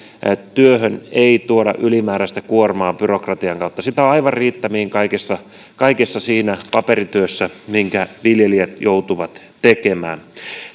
työhön ei tuoda ylimääräistä kuormaa byrokratian kautta sitä on aivan riittämiin kaikessa kaikessa siinä paperityössä minkä viljelijät joutuvat tekemään